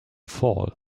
fall